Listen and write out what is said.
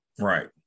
Right